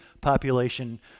population